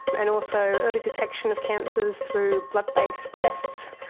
and also early detection of cancers through blood-based tests,